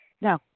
No